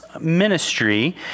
ministry